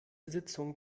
sitzung